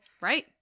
Right